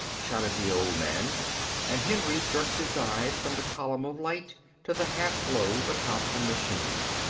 shouted the old man and henry jerked his eyes from the column of light to the half-globe atop the machine.